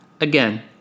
Again